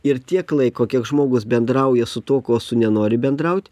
ir tiek laiko kiek žmogus bendrauja su tuo kuo su nenori bendraut